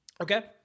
Okay